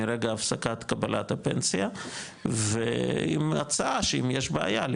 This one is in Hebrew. מרגע הפסקת קבלת הפנסיה ועם הצעה שאם יש בעיה,